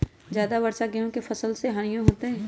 ज्यादा वर्षा गेंहू के फसल मे हानियों होतेई?